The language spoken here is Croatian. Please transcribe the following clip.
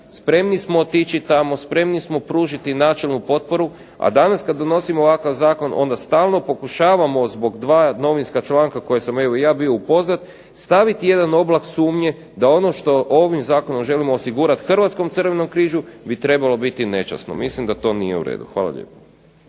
spremni smo otići tamo, spremni smo pružiti načelnu potporu, a danas kad donosimo ovakav zakon onda stalno pokušavamo zbog dva novinska članka koja sam evo i ja bio upoznat, staviti jedan oblak sumnje da ono što ovim zakonom želimo osigurat Hrvatskom Crvenom križu bi trebalo biti nečasno. Mislim da to nije u redu. Hvala lijepo.